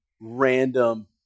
random